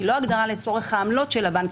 היא לא הגדרה לצורך העמלות של הבנק,